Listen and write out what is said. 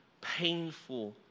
painful